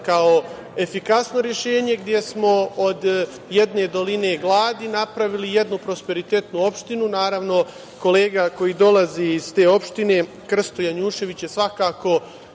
kao efikasno rešenje gde smo od jedne doline gladi napravili jednu prosperitetnu opštinu, naravno kolega koji dolazi iz te opštine Krsto Janjušević je svakako